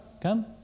come